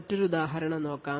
മറ്റൊരു ഉദാഹരണം നോക്കാം